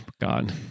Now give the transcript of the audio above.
God